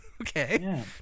Okay